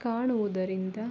ಕಾಣುವುದರಿಂದ